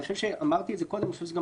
אני